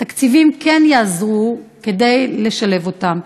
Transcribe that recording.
תקציבים כן יעזרו לשלב אותם.